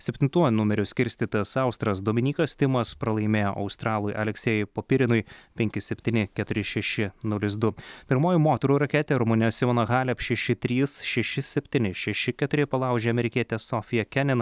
septintuoju numeriu skirstytas austras dominykas timas pralaimėjo australui aleksejui popirinui penki septyni keturi šeši nulis du pirmoji moterų raketė rumunė simona halep šeši trys šeši septyni šeši keturi palaužė amerikietę sofiją kenen